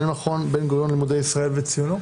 מנהל מכון בן-גוריון ללימודי ישראל וציונות,